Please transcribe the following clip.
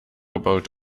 about